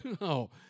No